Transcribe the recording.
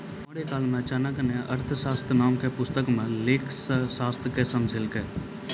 मौर्यकाल मे चाणक्य ने अर्थशास्त्र नाम के पुस्तक मे लेखाशास्त्र के समझैलकै